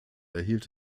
erhielt